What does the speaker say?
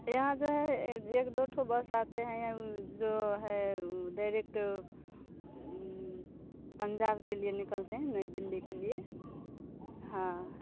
यहाँ जो है एक एक दो बस आती है हम जो हैं डायरेक्ट पंजाब के लिए निकलते हैं नई दिल्ली के लिए हाँ